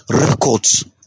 records